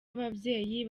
ababyeyi